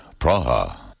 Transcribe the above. Praha